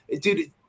dude